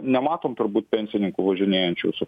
nematom turbūt pensininkų važinėjančių su